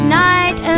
night